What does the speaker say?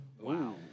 Wow